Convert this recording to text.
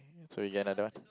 so you got another one